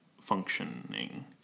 functioning